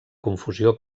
confusió